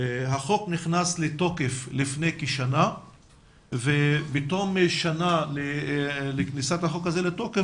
החוק נכנס לתוקף לפני כשנה ובתום שנה לכניסתו לתוקף,